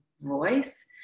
voice